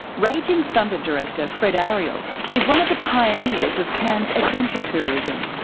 raging thunder director fred arial is one of the pioneers of cairns adventure tourism.